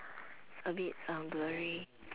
a bit uh blurry